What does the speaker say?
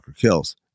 kills